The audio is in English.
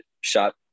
shot